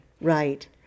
right